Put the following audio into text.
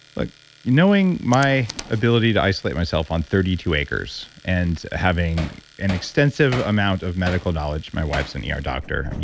like knowing my ability to isolate myself on thirty two acres and having an extensive amount of medical knowledge. my wife's an and yeah er doctor,